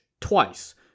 twice